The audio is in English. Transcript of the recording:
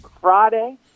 Friday